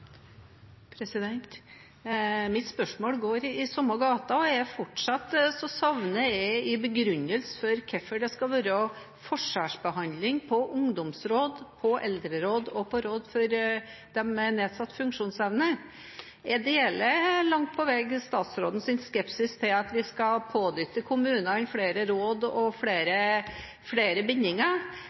Mitt spørsmål er i samme gate. Fortsatt savner jeg en begrunnelse for hvorfor det skal være forskjellsbehandling av ungdomsråd, eldreråd og råd for personer med nedsatt funksjonsevne. Jeg deler langt på vei statsrådens skepsis til at vi skal pådytte kommunene flere råd og flere bindinger,